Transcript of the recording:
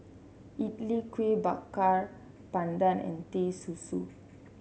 idly Kuih Bakar Pandan and Teh Susu